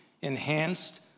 Enhanced